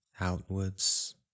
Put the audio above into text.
outwards